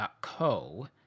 Co